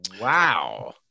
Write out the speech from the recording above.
wow